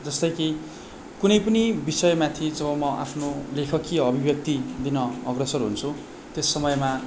जस्तै कि कुनै पनि विषयमाथि जब म आफ्नो लेखकीय अभिव्यक्ति दिन अग्रसर हुन्छु त्यस समयमा